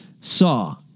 saw